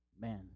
Man